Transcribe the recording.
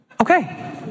Okay